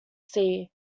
sea